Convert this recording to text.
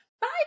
Bye